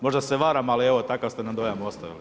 Možda se varam, ali evo, takav ste nam dojam ostavili.